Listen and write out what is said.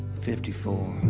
fifty four